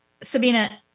Sabina